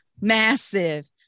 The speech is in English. massive